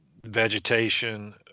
vegetation